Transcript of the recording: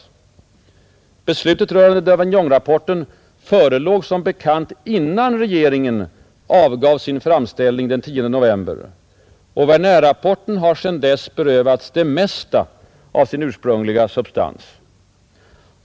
Beslutet rörande Davignonrapporten förelåg som bekant innan regeringen avgav sin framställning den 10 november 1970 och Wernerrapporten har sedan dess berövats det mesta av sin ursprungliga substans.